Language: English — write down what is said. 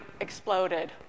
exploded